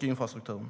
infrastrukturen?